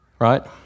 right